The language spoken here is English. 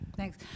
Thanks